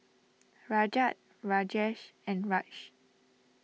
Rajat Rajesh and Raj